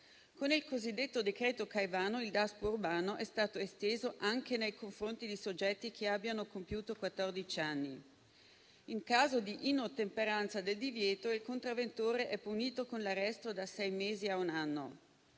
Con il cosiddetto decreto Caivano il Daspo urbano è stato esteso anche nei confronti di soggetti che abbiano compiuto quattordici anni. In caso di inottemperanza del divieto, il contravventore è punito con l'arresto da sei mesi a un anno.